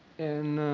and